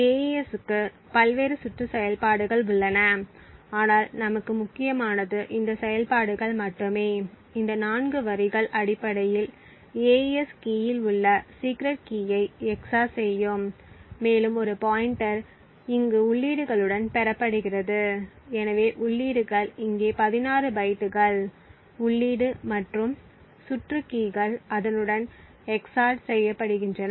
AES க்கு பல்வேறு சுற்று செயல்பாடுகள் உள்ளன ஆனால் நமக்கு முக்கியமானது இந்த செயல்பாடுகள் மட்டுமே இந்த 4 வரிகள் அடிப்படையில் AES கீயில் உள்ள சீக்ரெட் கீயை XOR செய்யும் மேலும் ஒரு பாய்ண்ட்டர் இங்கு உள்ளீடுகளுடன் பெறப்படுகிறது எனவே உள்ளீடுகள் இங்கே 16 பைட்டுகள் உள்ளீடு மற்றும் சுற்று கீகள் அதனுடன் XORed செய்யப்படுகின்றன